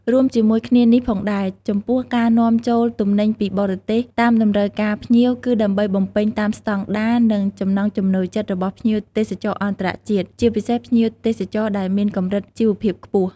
រួមជាមួយគ្នានេះផងដែរ ចំពោះការនាំចូលទំនិញពីបរទេសតាមតម្រូវការភ្ញៀវ គឺដើម្បីបំពេញតាមស្តង់ដារ និងចំណង់ចំណូលចិត្តរបស់ភ្ញៀវទេសចរអន្តរជាតិ ជាពិសេសភ្ញៀវទេសចរដែលមានកម្រិតជីវភាពខ្ពស់។